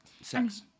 Sex